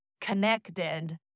connected